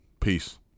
Peace